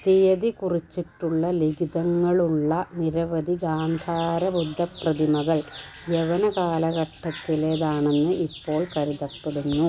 തീയതി കുറിച്ചിട്ടുള്ള ലിഖിതങ്ങളുള്ള നിരവധി ഗാന്ധാര ബുദ്ധപ്രതിമകൾ യവന കാലഘട്ടത്തിലേതാണെന്ന് ഇപ്പോൾ കരുതപ്പെടുന്നു